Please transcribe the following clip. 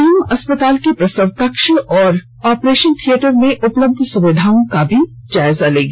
team अस्पताल के प्रसव कक्ष और ऑपरेशन थियेटर में उपलब्ध सुविधाओं का जायजा लेगी